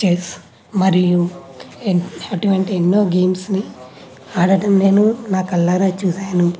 chess మరియు ఎన్నో అటువంటి ఎన్నో గేమ్స్ ని ఆడటం నేను నా కళ్లారా చూశాను